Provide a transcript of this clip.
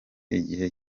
igihe